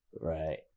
right